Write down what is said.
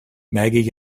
maggie